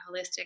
holistic